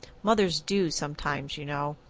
mothers do sometimes, you know.